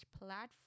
platform